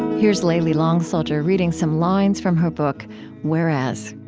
here's layli long soldier reading some lines from her book whereas